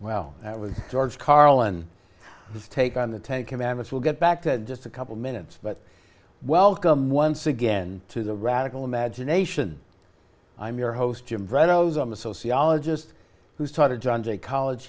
well that was george carlin take on the ten commandments we'll get back to just a couple minutes but welcome once again to the radical imagination i'm your host jim verraros i'm a sociologist who started john j college